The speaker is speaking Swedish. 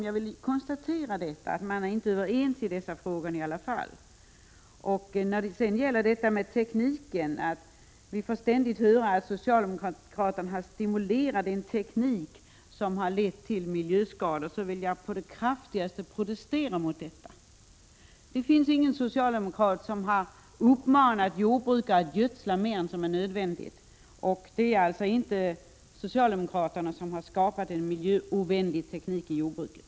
Jag bara konstaterar att de borgerliga inte är överens i dessa frågor. Vi får ständigt höra att socialdemokraterna stimulerat en teknik som lett till miljöskador. Jag vill då på det kraftigaste protestera mot detta. Det finns ingen socialdemokrat som uppmanat jordbrukare att gödsla mer än nödvändigt. Det är alltså inte socialdemokraterna som skapat en miljöovänlig teknik i jordbruket.